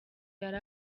yari